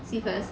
see first